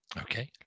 Okay